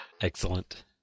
Excellent